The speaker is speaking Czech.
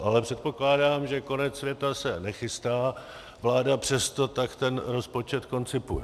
Ale předpokládám, že konec světa se nechystá, vláda přesto tak ten rozpočet koncipuje.